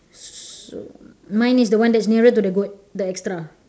so mine is the one that's nearer to the goat the extra